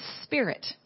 spirit